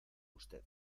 usted